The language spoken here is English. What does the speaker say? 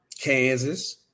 Kansas